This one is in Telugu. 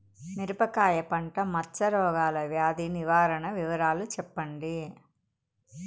మిరపకాయ పంట మచ్చ రోగాల వ్యాధి నివారణ వివరాలు చెప్పండి?